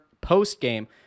post-game